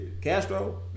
Castro